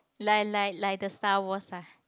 like like like the Star-Wars ah